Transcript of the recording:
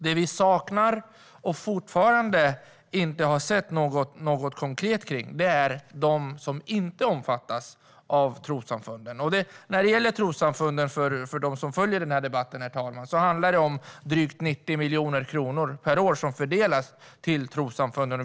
Det vi saknar och fortfarande inte har sett något konkret om är de som inte omfattas av trossamfunden. Herr talman! Till dem som följer den här debatten vill jag säga att när det gäller trossamfunden handlar det om drygt 90 miljoner kronor per år som fördelas till dem.